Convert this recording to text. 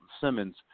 Simmons